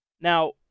Now